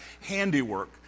handiwork